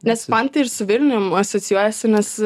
nes man tai ir su vilnium asocijuojasi nes